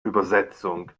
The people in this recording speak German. übersetzung